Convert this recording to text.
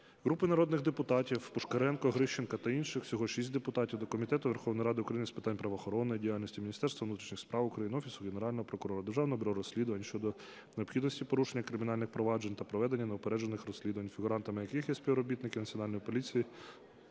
Групи народних депутатів (Пушкаренка, Грищенко та інших. Всього 6 депутатів) до Комітету Верховної Ради України з питань правоохоронної діяльності, Міністерства внутрішніх справ України, Офісу Генерального прокурора, Державного бюро розслідувань щодо необхідності порушення кримінальних проваджень та проведення неупереджених розслідувань, фігурантами яких є співробітники Національної поліції